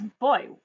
Boy